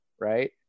right